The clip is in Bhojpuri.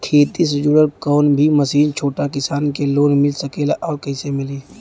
खेती से जुड़ल कौन भी मशीन छोटा किसान के लोन मिल सकेला और कइसे मिली?